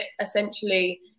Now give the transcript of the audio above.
essentially